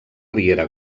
riera